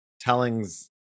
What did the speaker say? tellings